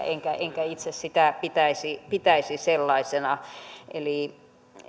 enkä enkä itse sitä pitäisi pitäisi sellaisena eli